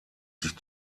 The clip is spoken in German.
sich